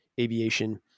aviation